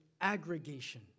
aggregation